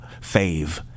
Fave